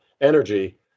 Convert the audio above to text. energy